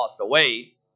away